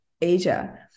Asia